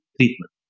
treatment